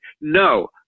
no